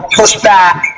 pushback